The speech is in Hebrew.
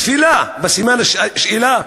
תפילה בסימן שאלה?